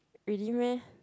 really meh